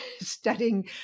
studying